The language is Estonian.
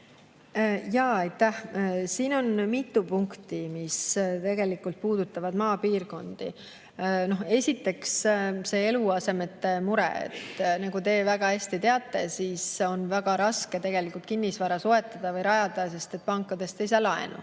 Aitäh! Siin on mitu punkti, mis tegelikult puudutavad maapiirkondi. Esiteks, eluasemete mure. Nagu te väga hästi teate, on väga raske kinnisvara soetada või rajada, sest pankadest ei saa laenu.